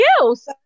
else